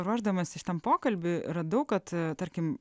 ruošdamasi šitam pokalbiui radau kad tarkim